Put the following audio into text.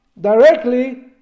directly